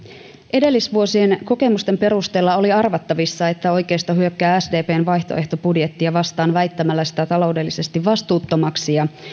edellisvuosien kokemusten perusteella oli arvattavissa että oikeisto hyökkää sdpn vaihtoehtobudjettia vastaan väittämällä sitä taloudellisesti vastuuttomaksi ja